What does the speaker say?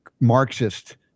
Marxist